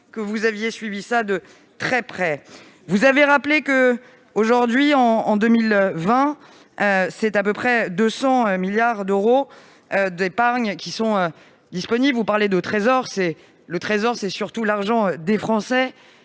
Vous l'avez rappelé, aujourd'hui, à peu près 200 milliards d'euros d'épargne sont disponibles. Vous parlez de trésor, mais c'est surtout l'argent des Français.